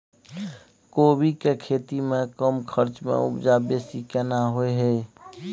कोबी के खेती में कम खर्च में उपजा बेसी केना होय है?